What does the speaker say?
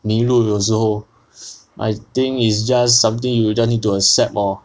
迷路有时候 I think is just something you just need to accept lor